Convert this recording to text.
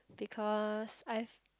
because I've